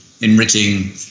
enriching